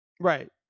Right